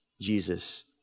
Jesus